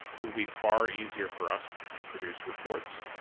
it will be far easier for us to produce reports.